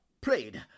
prayed